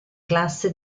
classe